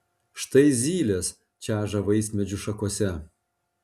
štai zylės čeža vaismedžių šakose